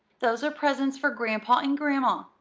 those are presents for grandpa and grandma.